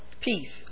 peace